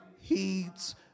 heeds